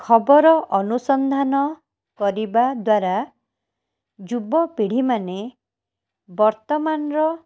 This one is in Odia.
ଖବର ଅନୁସନ୍ଧାନ କରିବାଦ୍ୱାର ଯୁବପିଢି଼ମାନେ ବର୍ତ୍ତମାନର